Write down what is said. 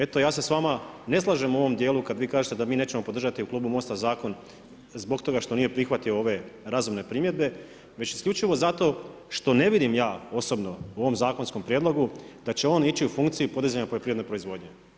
Eto ja se s vama ne slažem u ovom djelu kad vi kažete da mi nećemo podržati u klubu MOST-a zakon zbog toga što nije prihvatio ove razumne primjedbe, već isključivo zato što ne vidim ja osobno u ovom zakonskom prijedlogu da će on ići u funkciju podizanja poljoprivredne proizvodnje.